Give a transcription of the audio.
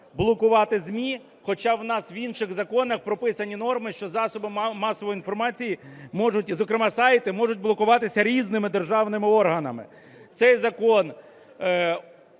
блокувати ЗМІ, хоча у нас в інших законах прописані норми, що засоби масової інформації, зокрема сайти, можуть блокуватися різними державними органами. Цей закон